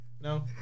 No